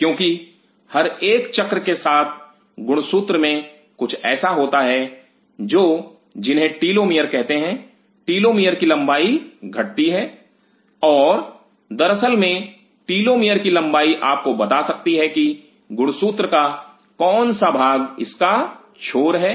क्योंकि हर एक चक्र के साथ गुणसूत्र में कुछ ऐसा है जो जिन्हें टीलोमियर कहते हैं टीलोमियर की लंबाई घटती है और दरअसल में टीलोमियर की लंबाई आपको बता सकती है कि गुणसूत्र का कौन सा भाग इसका छोर है